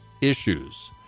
issues